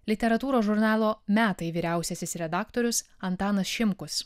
literatūros žurnalo metai vyriausiasis redaktorius antanas šimkus